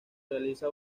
realiza